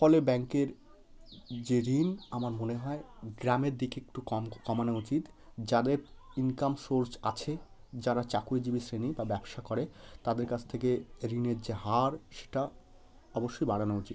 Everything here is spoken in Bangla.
ফলে ব্যাংকের যে ঋণ আমার মনে হয় গ্রামের দিকে একটু কম কমানো উচিত যাদের ইনকাম সোর্স আছে যারা চাকুরিজীবি শ্রেণি বা ব্যবসা করে তাদের কাছ থেকে ঋণের যে হার সেটা অবশ্যই বাড়ানো উচিত